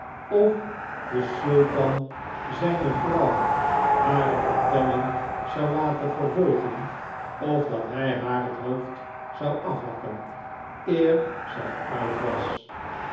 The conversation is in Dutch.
of de sultan zijne vrouw hare vertelling zou laten vervolgen of dat hij haar het hoofd zou af hakken eer zij uit was